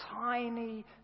tiny